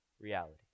reality